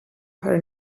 her